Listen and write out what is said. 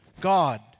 God